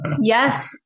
yes